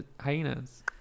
hyenas